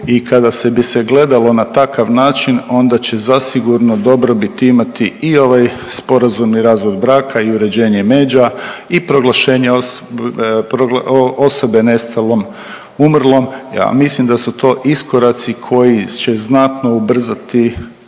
i kada bi se gledalo na takav način onda će zasigurno dobrobit imati i ovaj sporazumni razvod braka i uređenje međa i proglašenje osobe nestalom, umrlom. Ja mislim da su to iskoraci koji će znatno ubrzati